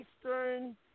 Eastern